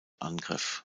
angriff